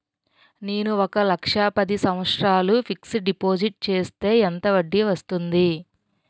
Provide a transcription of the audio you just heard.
నేను ఒక లక్ష పది సంవత్సారాలు ఫిక్సడ్ డిపాజిట్ చేస్తే ఎంత వడ్డీ వస్తుంది?